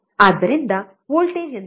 ಆದ್ದರಿಂದ ವೋಲ್ಟೇಜ್ ಎಂದರೇನು